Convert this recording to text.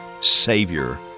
savior